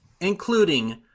including